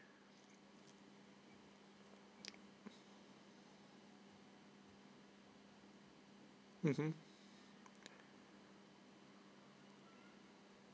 mm